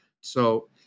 So-